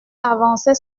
avançait